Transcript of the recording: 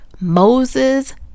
Moses